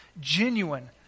genuine